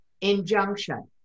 injunction